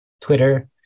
Twitter